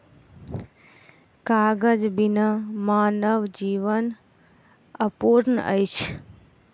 कागज बिना मानव जीवन अपूर्ण अछि